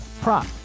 prop